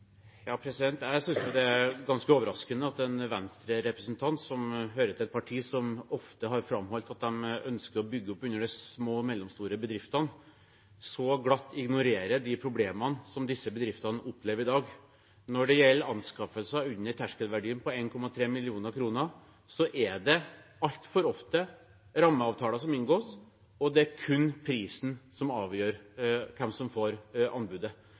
Jeg synes det er ganske overraskende at en Venstre-representant, som hører til et parti som ofte har framholdt at de ønsker å bygge opp under de små og mellomstore bedriftene, så glatt ignorerer de problemene som disse bedriftene opplever i dag. Når det gjelder anskaffelser under terskelverdien på 1,3 mill. kr, er det altfor ofte rammeavtaler som inngås, og det er kun prisen som avgjør hvem som får anbudet.